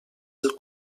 del